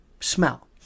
smell